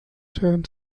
turned